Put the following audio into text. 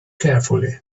carefully